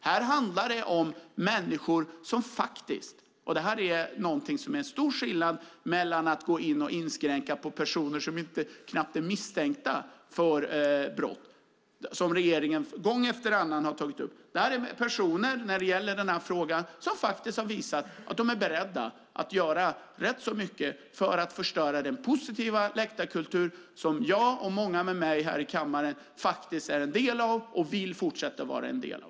Här handlar det om människor som - och det är en stor skillnad jämfört med människor som knappt är misstänkta för brott men där regeringen gång efter annan tagit till inskränkningar - faktiskt har visat att de är beredda att göra rätt så mycket för att förstöra den positiva läktarkultur som jag och många med mig här i kammaren är en del av och vill fortsätta att vara en del av.